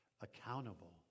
accountable